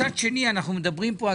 אני מבקש לעשות